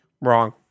Wrong